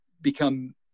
become